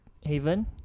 haven